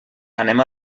anem